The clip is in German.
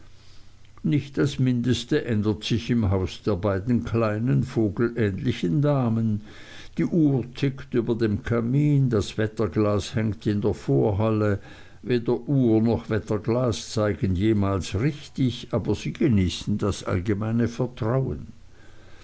nicht das mindeste ändert sich im haus der beiden kleinen vogelähnlichen damen die uhr tickt über dem kamin das wetterglas hängt in der vorhalle weder uhr noch wetterglas zeigen jemals richtig aber sie genießen das allgemeine vertrauen